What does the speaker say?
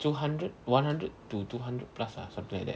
two hundred one hundred to two hundred plus ah something like that